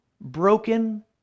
broken